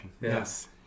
Yes